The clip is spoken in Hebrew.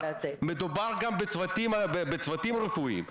מדובר גם בצוותים רפואיים,